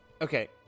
Okay